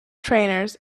trainers